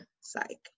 psych